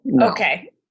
Okay